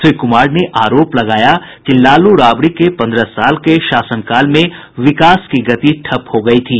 श्री कुमार ने आरोप लगाया कि लालू राबड़ी के पंद्रह साल के शासनकाल में विकास की गति ठप्प हो गयी थी